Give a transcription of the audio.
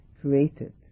created